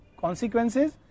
Consequences